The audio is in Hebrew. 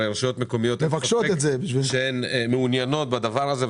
הרי הרשויות המקומיות אמרו שהן מעוניינות בדבר הזה.